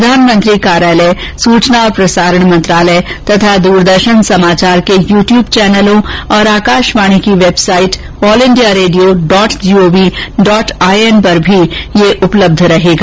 प्रधानमंत्री कार्यालय सूचना और प्रसारण मंत्रालय तथा द्रदर्शन समाचार के यू ट्यूब चैनलों और आकाशवाणी की website all India radio dot gov dot I N पर भी यह उपलब्ध रहेगा